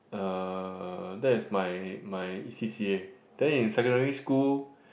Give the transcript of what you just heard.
uh that is my my C_C_A then in secondary school